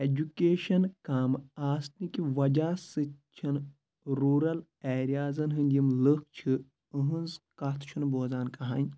education کَم آسنہٕ کہِ وجہ سۭتۍ چھنہٕ روٗرَل ایٚریازَن ہٕنٛدۍ یِم لٕکھ چھِ أہنٛز کَتھ چھُ نہٕ بوزان کٕہٕنۍ